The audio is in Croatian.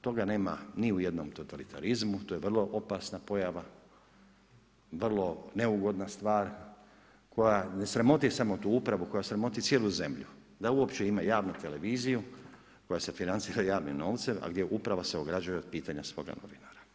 Toga nemam ni u jednom totalitarizmu, to je vrlo opasna pojava, vrlo neugodna stvar koja ne sramoti samo tu upravu, koja sramoti cijelu zemlju da uopće ima javnu televiziju koja se financira javnim novcem a gdje uprava se ograđuje od pitanja svoga novinara.